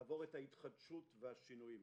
לעבור את ההתחדשות והשינויים.